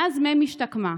מאז מ' השתקמה,